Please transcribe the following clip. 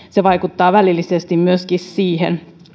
se vaikuttaa välillisesti myöskin siihen